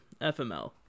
FML